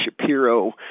Shapiro